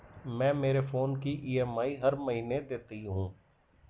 मैं मेरे फोन की ई.एम.आई हर महीने देती हूँ